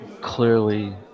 clearly